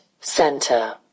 center